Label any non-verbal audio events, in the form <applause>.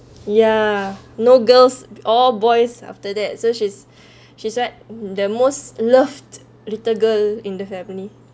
ya no girls all boys after that so she's <breath> she's like the most loved little girl in the family